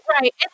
right